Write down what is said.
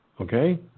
Okay